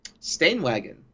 Stainwagon